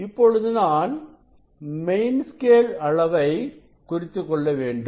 இப்பொழுது நான் main scale அளவை குறித்துக்கொள்ள வேண்டும்